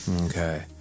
Okay